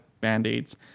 Band-Aids